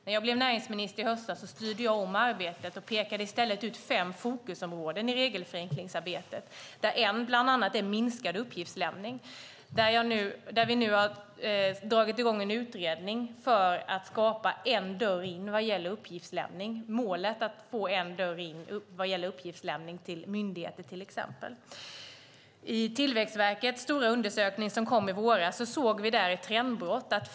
När jag blev näringsminister i höstas styrde jag om arbetet och pekade i stället ut fem fokusområden i regelförenklingsarbetet. Ett av dem är minskad uppgiftslämning. Där har vi nu dragit i gång en utredning för att skapa en dörr in vad gäller uppgiftslämning. Målet är att få en dörr in när det gäller uppgiftslämning till exempelvis myndigheter. I Tillväxtverkets stora undersökning som kom i våras såg vi ett trendbrott.